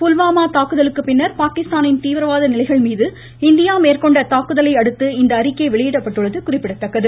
புல்வாமா தாக்குதலுக்கு பின்னர் பாகிஸ்தானின் தீவிரவாத நிலைகள் மீது இந்தியா மேற்கொண்ட தாக்குதலையடுத்து இந்த அறிக்கை வெளியிடப்பட்டுள்ளது குறிப்பிடத்தக்கது